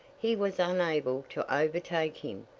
he was unable to overtake him,